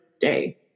day